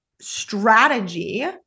strategy